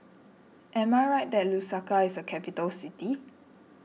am I right that Lusaka is a capital city